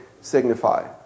signify